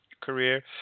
career